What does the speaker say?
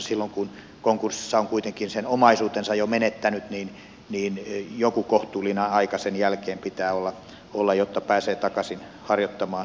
silloin kun konkurssissa on kuitenkin sen omaisuutensa jo menettänyt joku kohtuullinen aika sen jälkeen pitää olla jotta pääsee takaisin harjoittamaan yrityselämää